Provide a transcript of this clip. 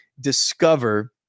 discover